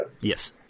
Yes